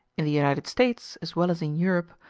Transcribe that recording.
in the united states, as well as in europe,